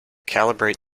calibrate